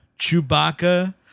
chewbacca